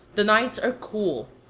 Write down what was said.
the nights are cool,